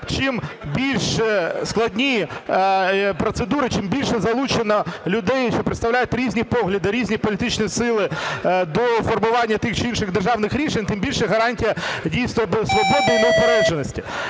чим більш складні процедури, чим більше залучено людей, що представляють різні погляди, різні політичні сили до формування тих чи інших державних рішень, тим більша гарантія дійсно до свободи і неупередженості.